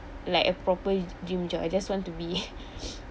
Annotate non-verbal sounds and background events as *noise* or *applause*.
like a proper dream job I just want to be *breath*